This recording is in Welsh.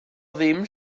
ddim